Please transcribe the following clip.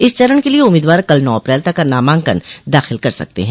इस चरण के लिये उम्मीदवार कल नौ अप्रैल तक नामांकन दाखिल कर सकते हैं